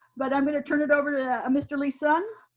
but i'm gonna turn it over to mr. lee-sung.